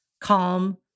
calm